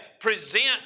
present